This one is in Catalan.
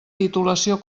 titulació